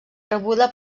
rebuda